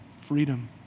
Freedom